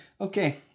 Okay